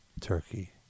Turkey